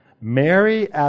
Mary